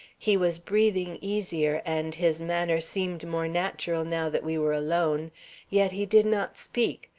he was breathing easier, and his manner seemed more natural now that we were alone yet he did not speak,